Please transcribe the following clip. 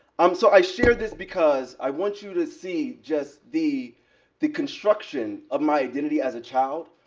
um so i share this because i want you to see just the the construction of my identity as a child,